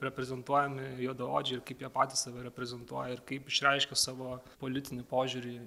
reprezentuojami juodaodžiai ir kaip jie patys save reprezentuoja ir kaip išreiškia savo politinį požiūrį